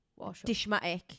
dishmatic